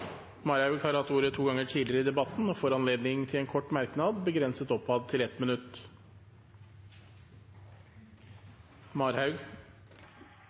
har hatt ordet to ganger tidligere og får ordet til en kort merknad, begrenset til